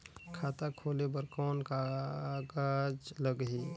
खाता खोले बर कौन का कागज लगही?